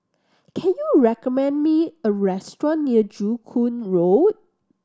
can you recommend me a restaurant near Joo Koon Road